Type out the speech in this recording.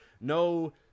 no